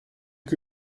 que